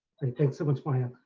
thanks so much maya.